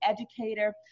educator